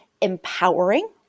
empowering